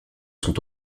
sont